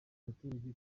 abaturage